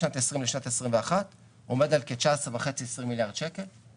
שנת 20' לשנת 21' עומד על כ-20-19.5 מיליארד שקל,